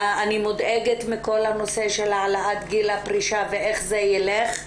אני מודאגת מכל הנושא של העלאת גיל הפרישה ואיך זה יילך,